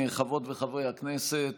חברות וחברי הכנסת,